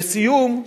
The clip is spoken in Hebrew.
לסיום,